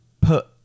put